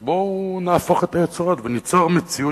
אז בואו נהפוך את היוצרות וניצור מציאות